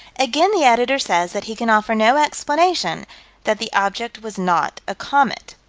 again the editor says that he can offer no explanation that the object was not a comet.